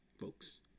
folks